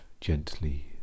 gently